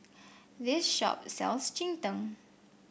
this shop sells Cheng Tng